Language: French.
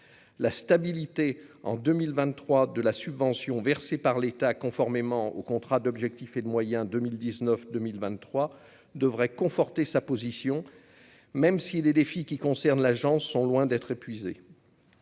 la stabilité en 2023 de la subvention versée par l'État, conformément au contrat d'objectifs et de moyens 2019, 2023 devrait conforter sa position, même si les défis qui concerne l'agence sont loin d'être épuisé.